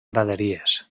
graderies